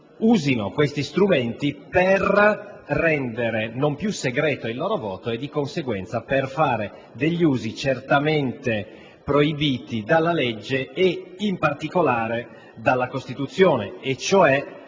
usino questi strumenti per rendere non più segreto il loro voto e di conseguenza per fare degli usi certamente proibiti dalla legge e in particolare dalla Costituzione, come,